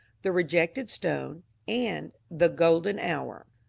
the rejected stone and the golden hour.